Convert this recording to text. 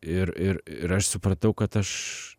ir ir ir aš supratau kad aš